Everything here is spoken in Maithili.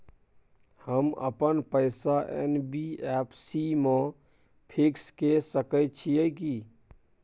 हम अपन पैसा एन.बी.एफ.सी म फिक्स के सके छियै की?